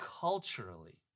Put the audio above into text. culturally